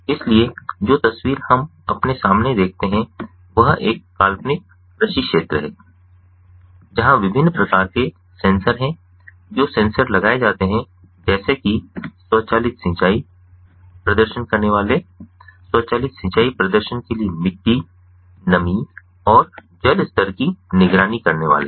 इसलिए जो तस्वीर हम अपने सामने देखते हैं वह एक काल्पनिक कृषि क्षेत्र है जहां विभिन्न प्रकार के सेंसर हैं जो सेंसर लगाए जाते हैं जैसे कि स्वचालित सिंचाई प्रदर्शन करने वाले स्वचालित सिंचाई प्रदर्शन के लिए मिट्टी नमी और जल स्तर की निगरानी करने वाले